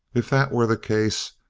if that were the case,